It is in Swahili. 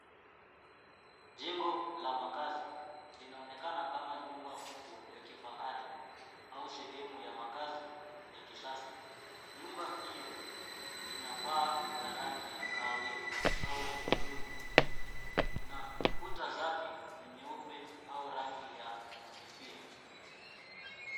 Jengo la makazi, linaoenekana kama nyumba kubwa ya kifahari au sehemu ya makazi ya kisasa. Nyumba hio ina paa la rangi ya kahawia au hudhurungi. Na kuta zake ni nyeupe au rangi ya kufifia.